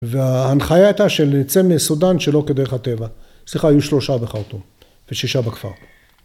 וההנחיה הייתה של לצאת מסודן שלא כדרך הטבע. סליחה, היו שלושה בחרטום. ושישה בכפר.